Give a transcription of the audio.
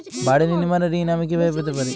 বাড়ি নির্মাণের ঋণ আমি কিভাবে পেতে পারি?